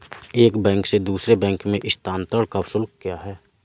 एक बैंक से दूसरे बैंक में स्थानांतरण का शुल्क क्या है?